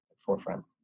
forefront